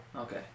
Okay